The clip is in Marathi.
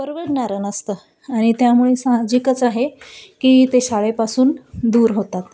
परवडणार नसतं आणि त्यामुळे सहजिकच आहे की ते शाळेपासून दूर होतात